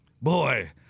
boy